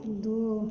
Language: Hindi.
दो